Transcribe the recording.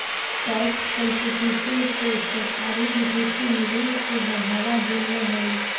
tax competition से सरकारी विदेशी निवेश के बढ़ावा देवऽ हई